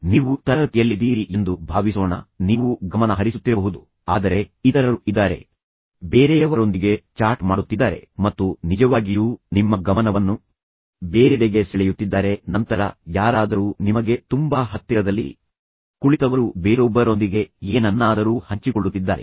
ನೀವು ತರಗತಿಯಲ್ಲಿದ್ದೀರಿ ಎಂದು ಭಾವಿಸೋಣ ನೀವು ಗಮನ ಹರಿಸುತ್ತಿರಬಹುದು ಆದರೆ ಇತರರು ಇದ್ದಾರೆ ಬೇರೆಯವರೊಂದಿಗೆ ಚಾಟ್ ಮಾಡುತ್ತಿದ್ದಾರೆ ಮತ್ತು ನಿಜವಾಗಿಯೂ ನಿಮ್ಮ ಗಮನವನ್ನು ಬೇರೆಡೆಗೆ ಸೆಳೆಯುತ್ತಿದ್ದಾರೆ ನಂತರ ಯಾರಾದರೂ ನಿಮಗೆ ತುಂಬಾ ಹತ್ತಿರದಲ್ಲಿ ಕುಳಿತವರು ಬೇರೊಬ್ಬರೊಂದಿಗೆ ಏನನ್ನಾದರೂ ಹಂಚಿಕೊಳ್ಳುತ್ತಿದ್ದಾರೆ